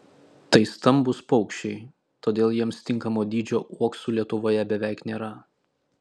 tai stambūs paukščiai todėl jiems tinkamo dydžio uoksų lietuvoje beveik nėra